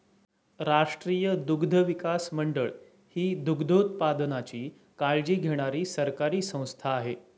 राष्ट्रीय दुग्धविकास मंडळ ही दुग्धोत्पादनाची काळजी घेणारी सरकारी संस्था आहे